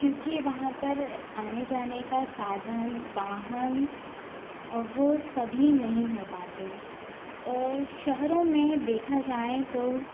क्योंकि वहाँ पर आने जाने का साधन वाहन वो सभी नहीं हो पाते और शहरों में देखा जाएँ तो